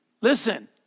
listen